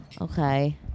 Okay